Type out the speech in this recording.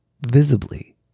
visibly